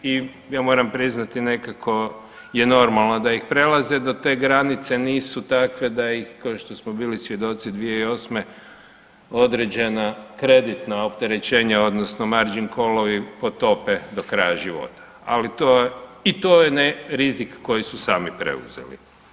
I ja moram priznati nekako je normalno da ih prelaze, da te granice nisu takve da ih kao što smo bili svjedoci 2008. određena kreditna opterećenja odnosno … potope do kraja života, ali i to je rizik koji su sami preuzeli.